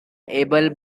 able